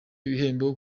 ibihembo